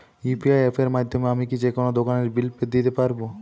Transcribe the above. UPI অ্যাপের মাধ্যমে আমি কি যেকোনো দোকানের বিল দিতে পারবো?